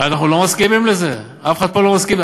אנחנו לא מסכימים לזה, אף אחד פה לא מסכים.